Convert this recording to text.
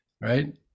right